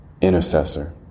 intercessor